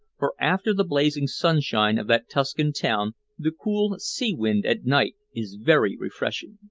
for after the blazing sunshine of that tuscan town the cool sea-wind at night is very refreshing.